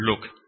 look